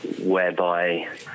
whereby